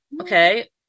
okay